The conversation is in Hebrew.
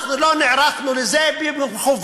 אנחנו לא נערכנו לזה במכוון,